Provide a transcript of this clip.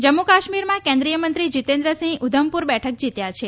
જમ્મુકાશ્મીરમાં કેન્દ્રિયમંત્રી જીતેન્દ્રસિંઘ ઉધમપુર બેઠક જીત્યા છે